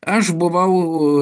aš buvau